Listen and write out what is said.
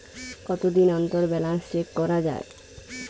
কতদিন অন্তর balance check করা য়ায়?